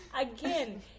Again